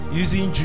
using